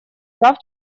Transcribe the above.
прав